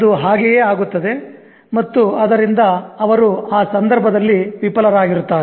ಅದು ಹಾಗೆಯೇ ಆಗುತ್ತದೆ ಮತ್ತು ಅದರಿಂದ ಅವರು ಆ ಸಂದರ್ಭದಲ್ಲಿ ವಿಫಲರಾಗಿರುತ್ತಾರೆ